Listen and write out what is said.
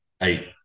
eight